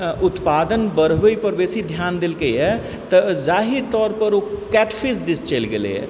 उत्पादनपर बेसी ध्यान देलकैए तऽ ज़ाहिर तौरपर ओ कैटफिश दिश चलि गेलैए